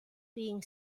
being